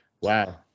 Wow